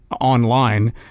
online